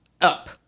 up